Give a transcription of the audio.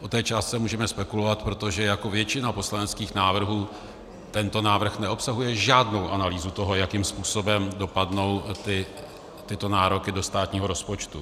O té částce můžeme spekulovat, protože jako většina poslaneckých návrhů tento návrh neobsahuje žádnou analýzu toho, jakým způsobem dopadnou tyto nároky do státního rozpočtu.